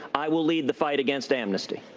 i will lead the fight against amnesty.